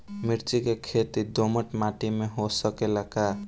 मिर्चा के खेती दोमट माटी में हो सकेला का?